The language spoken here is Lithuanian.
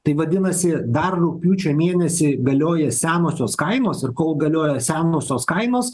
tai vadinasi dar rugpjūčio mėnesį galioja senosios kainos ir kol galioja senosios kainos